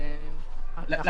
אוקיי.